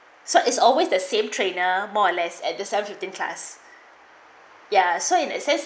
so is always the same trainer more or less at the self fitting class ya so in a said